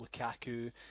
Lukaku